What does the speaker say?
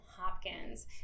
Hopkins